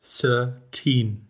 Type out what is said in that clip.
thirteen